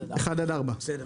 בכמה